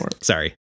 Sorry